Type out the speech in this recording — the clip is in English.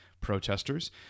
protesters